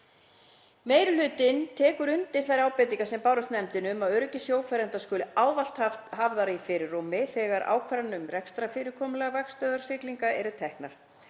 Meiri hlutinn tekur undir þær ábendingar sem bárust nefndinni um að öryggi sjófarenda skuli ávallt haft í fyrirrúmi þegar ákvarðanir um rekstrarfyrirkomulag vaktstöðvar siglinga eru teknar.